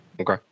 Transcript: Okay